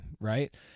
right